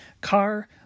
car